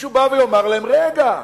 מישהו בא ויאמר להם: רגע.